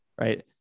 right